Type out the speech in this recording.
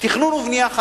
תכנון ובנייה חדש.